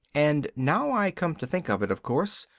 and now i come to think of it, of course,